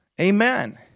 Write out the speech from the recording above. Amen